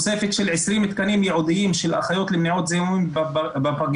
תוספת של 20 תקנים ייעודיים של אחיות למניעת זיהומים בפגיות.